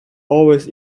always